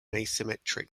asymmetric